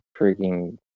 freaking